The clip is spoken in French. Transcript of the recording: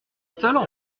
talent